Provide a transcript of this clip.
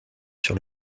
sur